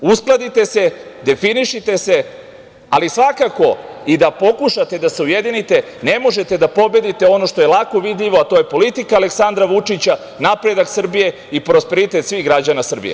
Uskladite se, definišite se, ali svakako i da pokušate da se ujedinite, ne možete da pobedite ono što je lako vidljivo, a to je politika Aleksandra Vučića, napredak Srbije i prosperitet svih građana Srbije.